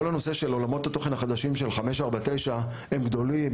כל הנושא של עולמות התוכן החדשים של 549 הם גדולים,